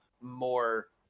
more